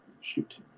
shoot